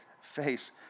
face